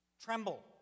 Tremble